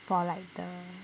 for like the